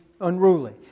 unruly